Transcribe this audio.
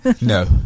no